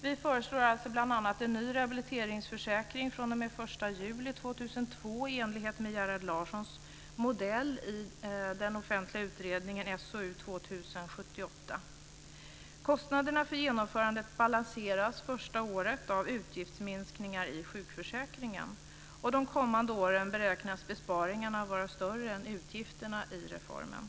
Vi föreslår alltså bl.a. en ny rehabiliteringsförsäkring fr.o.m. den 1 juli 2002 i enlighet med Gerhard Larssons modell i den offentliga utredningen SOU 2000:78. Kostnaderna för genomförandet balanseras första året av utgiftsminskningar i sjukförsäkringen. De kommande åren beräknas besparingarna vara större än utgifterna i reformen.